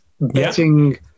betting